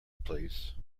please